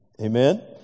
Amen